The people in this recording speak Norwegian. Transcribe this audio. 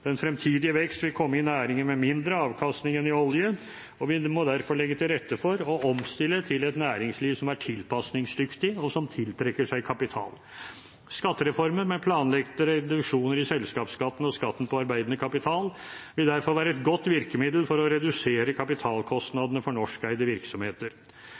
vekst vil komme i næringer med mindre avkastning enn i olje, og vi må derfor legge til rette for og omstille til et næringsliv som er tilpasningsdyktig, og som tiltrekker seg kapital. Skattereformer med planlagte reduksjoner i selskapsskatten og skatten på arbeidende kapital vil derfor være et godt virkemiddel for å redusere kapitalkostnadene for norskeide virksomheter.